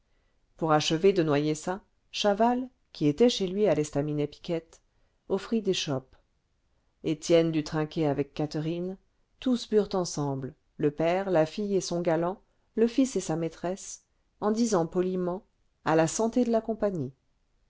pour achever de noyer ça chaval qui était chez lui à l'estaminet piquette offrit des chopes étienne dut trinquer avec catherine tous burent ensemble le père la fille et son galant le fils et sa maîtresse en disant poliment a la santé de la compagnie